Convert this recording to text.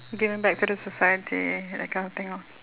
giving back to the society that kind of thing lor